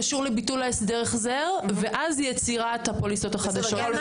קשור לביטול ההסדר החזר ואז יצירת הפוליסות החדשות.